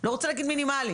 לא רוצה להגיד מנמליים,